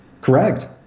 Correct